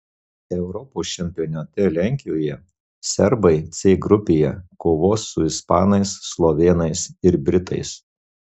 europos čempionate lenkijoje serbai c grupėje kovos su ispanais slovėnais ir britais